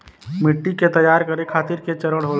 मिट्टी के तैयार करें खातिर के चरण होला?